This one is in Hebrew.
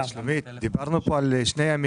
שלומית, דיברנו פה על שני ימים.